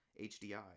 HDI